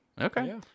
okay